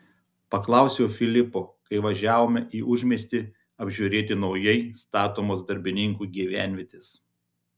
paklausiau filipo kai važiavome į užmiestį apžiūrėti naujai statomos darbininkų gyvenvietės